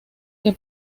que